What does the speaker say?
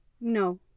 No